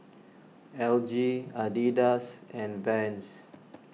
L G Adidas and Vans